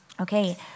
Okay